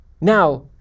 now